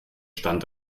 stand